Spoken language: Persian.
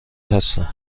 هستم